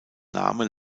name